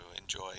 enjoy